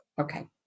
Okay